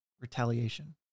retaliation